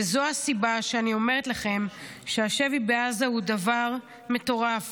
וזו הסיבה שאני אומרת לכם שהשבי בעזה הוא דבר מטורף,